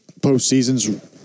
postseason's